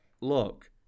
look